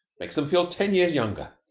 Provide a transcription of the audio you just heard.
makes them feel ten years younger.